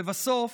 לבסוף,